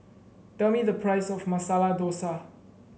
tell me the price of Masala Dosa